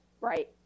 Right